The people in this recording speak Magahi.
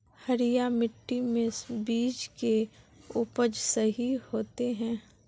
हरिया मिट्टी में बीज के उपज सही होते है?